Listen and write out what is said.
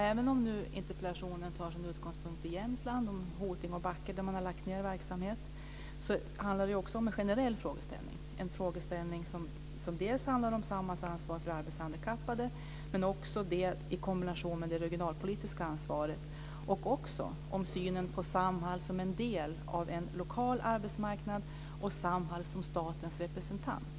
Även om interpellationen tar sin utgångspunkt i Jämtland, om Hoting och Backe, där man har lagt ned verksamhet, finns också en generell frågeställning. Det handlar om Samhalls ansvar för arbetshandikappade i kombination med det regionalpolitiska ansvaret. Det handlar också om synen på Samhall som en del av en lokal arbetsmarknad och Samhall som statens representant.